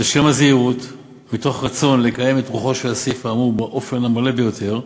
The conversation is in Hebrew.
לשם הזהירות ומתוך רצון לקיים את רוחו של הסעיף האמור באופן המלא ביותר,